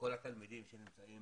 כל התלמידים שנמצאים